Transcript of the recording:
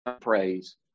praise